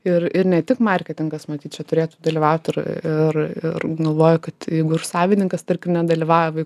ir ir ne tik marketingas matyt čia turėtų dalyvaut ir ir ir galvoju kad jeigu ir savininkas tarkim nedalyvav